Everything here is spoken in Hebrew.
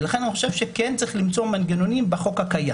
ולכן אני חושב שכן צריך למצוא מנגנונים בחוק הקיים.